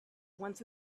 once